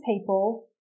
people